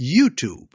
YouTube